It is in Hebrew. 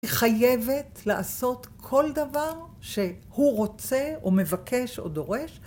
היא חייבת לעשות כל דבר שהוא רוצה, או מבקש, או דורש.